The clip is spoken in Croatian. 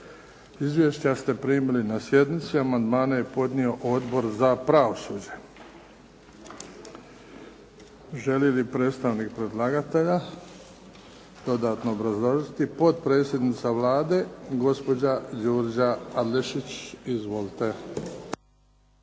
Izvješća ste primili na sjednici. Amandmane je podnio Odbor za pravosuđe. Želi li predstavnik predlagatelja dodatno obrazložiti? Potpredsjednica Vlade, gospođa Đurđa Adlešić. Izvolite.